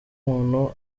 muntu